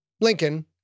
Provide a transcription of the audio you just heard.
Lincoln